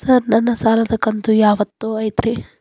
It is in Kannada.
ಸರ್ ನನ್ನ ಸಾಲದ ಕಂತು ಯಾವತ್ತೂ ಐತ್ರಿ?